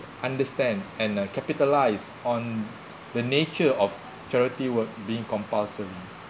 understand and uh capitalise on the nature of charity work being compulsory